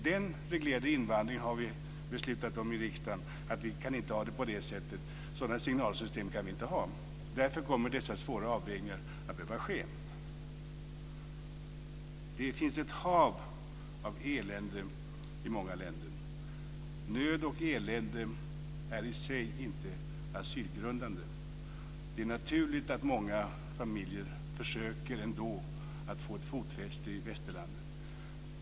Den reglerade invandringen har vi beslutat om i riksdagen. Vi kan inte ha det på det sättet, sådana signalsystem kan vi inte ha. Därför kommer dessa svåra avvägningar att behöva ske. Det finns ett hav av elände i många länder. Nöd och elände är i sig inte asylgrundande. Det är naturligt att många familjer ändå försöker att få ett fotfäste i västerlandet.